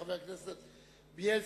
חבר הכנסת בילסקי.